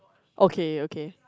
okay okay